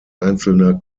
einzelner